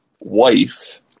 wife